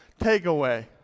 takeaway